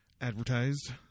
advertised